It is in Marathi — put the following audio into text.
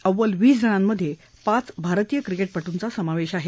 अव्वल वीसजणांमधे पाच भारतीय क्रिकेटपटूंचा समावेश आहे